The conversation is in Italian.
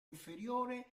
inferiore